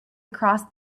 across